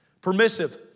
Permissive